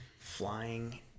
flying